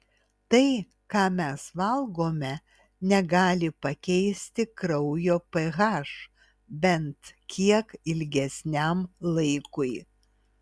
tai ką mes valgome negali pakeisti kraujo ph bent kiek ilgesniam laikui